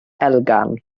elgan